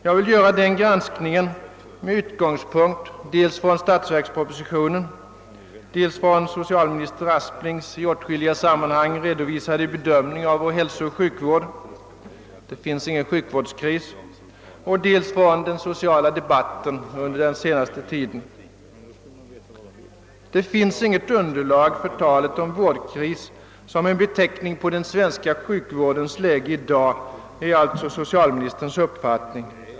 Jag vill göra denna granskning med utgångspunkt dels från statsverkspropositionen, dels från socialminister Asplings i åtskilliga sammanhang redovisade bedömning av vår hälsooch sjukvård — »det finns ingen sjukvårdskris» — och dels från den sociala debatten under den senaste tiden. Socialministerns uppfattning är att det inte finns något underlag för talet om vårdkris som en beteckning på den svenska sjukvårdens läge i dag.